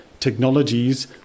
technologies